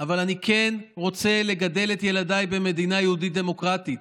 אבל אני כן רוצה לגדל ילדים במדינה יהודית דמוקרטית.